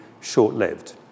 short-lived